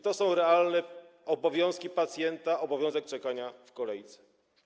To jest realny obowiązek pacjenta: obowiązek czekania w kolejce.